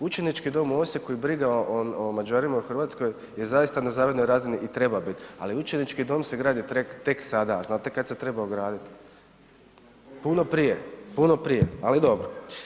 Učenički dom u Osijeku i briga o Mađarima u Hrvatskoj je zaista na zavidnoj razini i treba biti, ali učenički dom se gradi tek sada, a znate kad se trebao graditi, puno prije, puno prije, ali dobro.